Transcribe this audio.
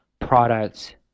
products